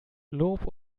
lob